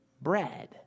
bread